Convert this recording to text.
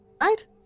right